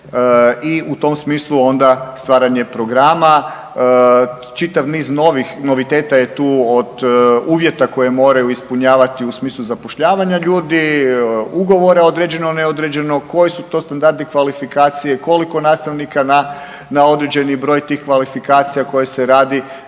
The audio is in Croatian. i u tom smislu onda stvaranje programa, čitav niz novih noviteta je tu od uvjeta koje moraju ispunjavati u smislu zapošljavanja ljudi, ugovora određeno-neodređeno, koji su to standardi kvalifikacije, koliko nastavnika na određeni broj tih kvalifikacija koje se radi,